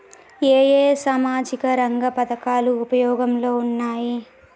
ఏ ఏ సామాజిక రంగ పథకాలు ఉపయోగంలో ఉన్నాయి?